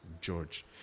George